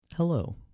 Hello